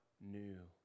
new